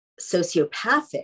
sociopathic